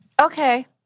Okay